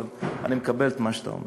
אבל אני מקבל את מה שאתה אומר.